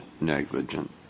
negligent